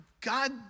God